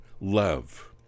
love